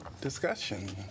discussion